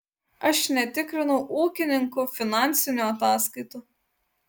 aš netikrinau ūkininkų finansinių ataskaitų